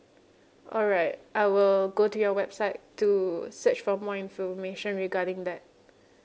alright I will go to your website to search for more information regarding that